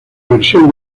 versión